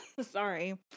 sorry